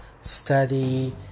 study